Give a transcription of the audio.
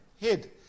head